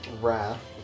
Wrath